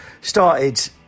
Started